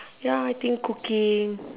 ya I think cooking